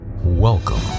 Welcome